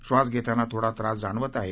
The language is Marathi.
बास धेताना थोडा त्रास जाणवत आहे